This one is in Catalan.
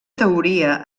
teoria